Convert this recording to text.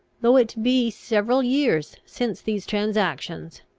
though it be several years since these transactions,